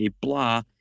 blah